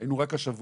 היינו רק השבוע